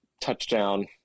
touchdown